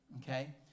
okay